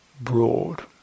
broad